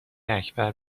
اکبر